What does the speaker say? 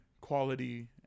quality